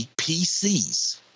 PCs